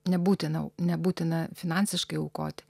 nebūtina nebūtina finansiškai aukoti